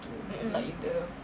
tu like in the